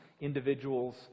individuals